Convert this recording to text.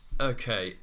Okay